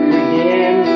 again